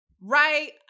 right